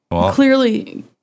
Clearly